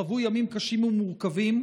חוו ימים קשים ומורכבים,